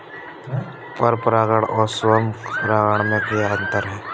पर परागण और स्वयं परागण में क्या अंतर है?